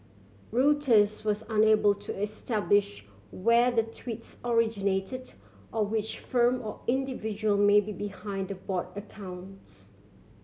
Reuters was unable to establish where the tweets originated or which firm or individual may be behind the bot accounts